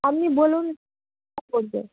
আপনি বলুন